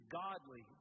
godly